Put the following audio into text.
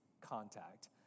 contact